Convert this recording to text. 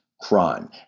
crime